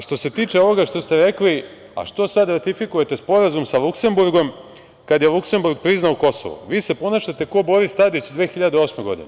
Što se tiče ovoga što ste rekli - a što sada ratifikujete sporazum sa Luksemburgom kada je Luksemburg priznao Kosovo, vi se ponašate kao Boris Tadić 2008. godine.